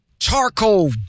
charcoal